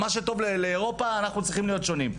מה שטוב לאירופה אנחנו צריכים להיות שונים.